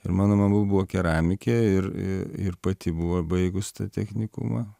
ir mano mama buvo keramikė ir ir pati buvo baigus technikumą